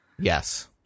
Yes